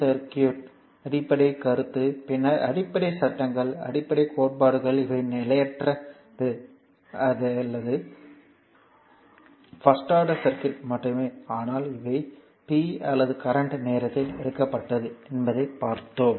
circuit அடிப்படைக் கருத்து பின்னர் அடிப்படை சட்டங்கள் அடிப்படை கோட்பாடுகள் இவை நிலையற்றது அல்லது பர்ஸ்ட் ஆர்டர் சர்க்யூட் மட்டுமே ஆனால் இவை p அல்லது கரண்ட் நேரத்தில் எடுக்கப்பட்டது என்பதை பார்த்தோம்